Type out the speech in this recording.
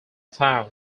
town